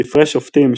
ספרי שופטים,